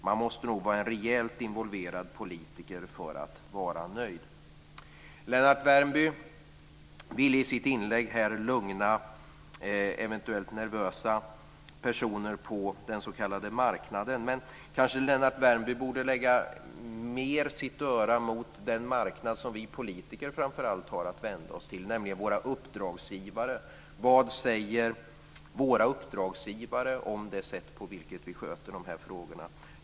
Man måste nog vara rejält involverad politiker för att vara nöjd. Lennart Värmby vill i sitt inlägg lugna eventuellt nervösa personer på den s.k. marknaden. Men kanske Lennart Värmby borde lägga sitt öra mer mot den marknad som vi politiker framför allt har att vända oss till, nämligen våra uppdragsgivare. Vad säger våra uppdragsgivare om det sätt på vilket vi sköter de här frågorna?